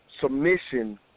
submission